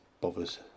bothers